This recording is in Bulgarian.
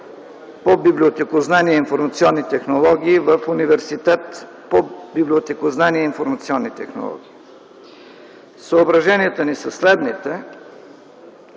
по библиотекознание и информационни технологии в Университет по библиотекознание и информационни технологии. Съображенията ни са следните,